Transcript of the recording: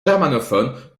germanophones